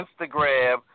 Instagram